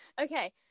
Okay